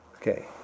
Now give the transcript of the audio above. Okay